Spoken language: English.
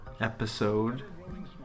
episode